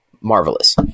marvelous